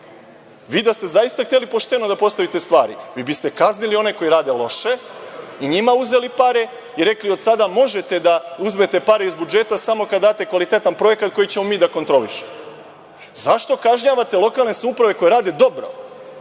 Vi da ste zaista hteli pošteno da postavite stvari, vi biste kaznili one koji rade loše i njima uzeli pare i rekli – od sada možete da uzmete pare iz budžeta samo kada date kvalitetan projekat koji ćemo mi da kontrolišemo. Zašto kažnjavate lokalne samouprave koje rade dobro?